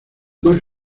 más